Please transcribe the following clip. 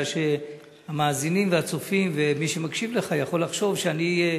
בגלל שהמאזינים והצופים ומי שמקשיב לך יכול לחשוב שאני,